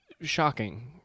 Shocking